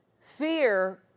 fear